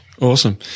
Awesome